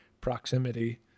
proximity